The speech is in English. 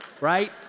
Right